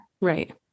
Right